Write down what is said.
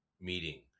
meeting